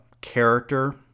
character